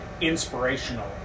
inspirational